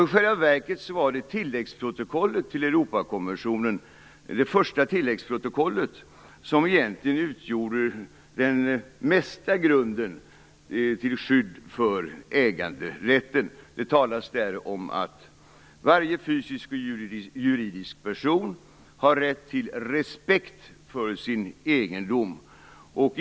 I själva verket var det första tilläggsprotokollet till Europakonventionen som egentligen utgjorde en stor del av grunden till skydd för äganderätten. Det talas där om att varje fysisk och juridisk person har rätt till respekt för sin egendom.